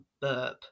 burp